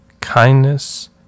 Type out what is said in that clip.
kindness